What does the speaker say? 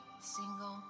single